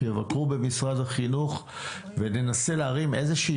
יבקרו במשרד החינוך וננסה להרים איזושהי